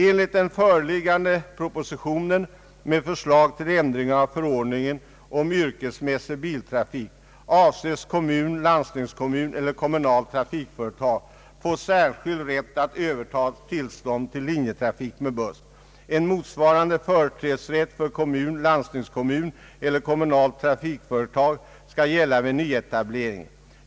Enligt den föreliggande propositionen med förslag till ändringar av förordningen om yrkesmässig biltrafik avses kommun, landstingskommun eller kommunalt trafikföretag få särskild rätt att överta tillstånd till linjetrafik med buss. En motsvarande företrädesrätt för kommun, landstingskommun eller kommunalt trafikföretag skall gälla vid nyetablering.